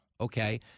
Okay